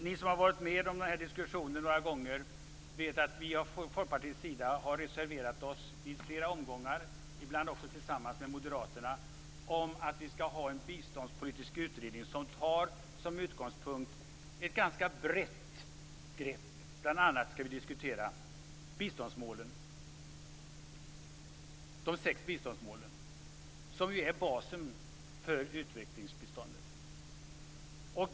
Ni som har varit med om den här diskussionen några gånger vet att vi från Folkpartiet har reserverat oss i flera omgångar, ibland tillsammans med Moderaterna, för att vi skall ha en biståndspolitisk utredning som, som utgångspunkt, tar ett ganska brett grepp. Vi skall bl.a. diskutera de sex biståndsmålen, som ju är basen för utvecklingsbiståndet.